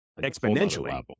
exponentially